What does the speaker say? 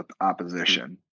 opposition